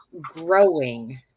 growing